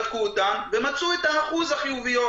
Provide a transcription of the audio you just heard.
בדקו אותן ומצאו את אחוז החיוביות,